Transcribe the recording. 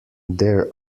there